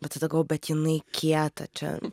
bet tada galvojau bet jinai kieta čia